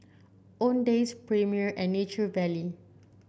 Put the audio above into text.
Owndays Premier and Nature Valley